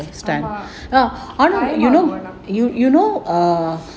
ஆமா:aamaa